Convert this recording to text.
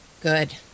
Good